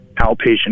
outpatient